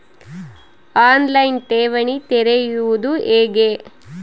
On line ಠೇವಣಿ ತೆರೆಯುವುದು ಹೇಗೆ?